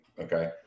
okay